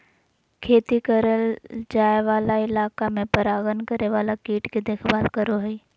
खेती करल जाय वाला इलाका में परागण करे वाला कीट के देखभाल करो हइ